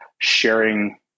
sharing